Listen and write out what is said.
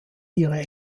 ihre